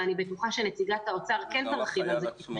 ואני בטוחה שנציגת האוצר כן תרחיב על זה,